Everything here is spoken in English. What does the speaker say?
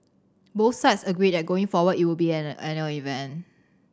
both sides agreed that going forward it would be an annual event